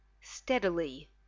STEADILY